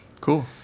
cool